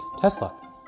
Tesla